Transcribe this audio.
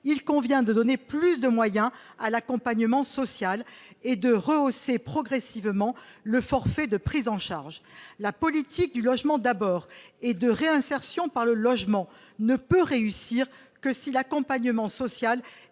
il convient de donner plus de moyens à l'accompagnement social et de rehausser progressivement le forfait de prise en charge la politique du logement d'abord et de réinsertion par le logement ne peut réussir que si l'accompagnement social